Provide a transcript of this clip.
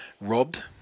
robbed